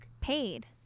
Paid